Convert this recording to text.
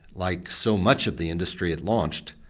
like so much of the industry it launched,